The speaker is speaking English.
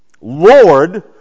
Lord